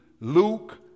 Luke